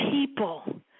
people